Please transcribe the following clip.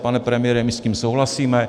Pane premiére, my s tím souhlasíme.